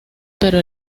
pero